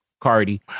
Cardi